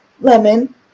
lemon